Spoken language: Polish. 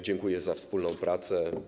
Dziękuję za wspólną pracę.